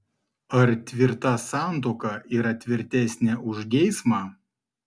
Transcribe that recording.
ar tvirta santuoka yra tvirtesnė už geismą